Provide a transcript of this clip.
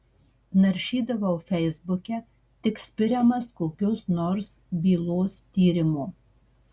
naršydavau feisbuke tik spiriamas kokios nors bylos tyrimo